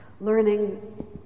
Learning